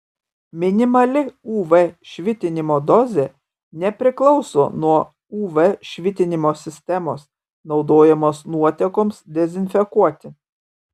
minimali uv švitinimo dozė nepriklauso nuo uv švitinimo sistemos naudojamos nuotekoms dezinfekuoti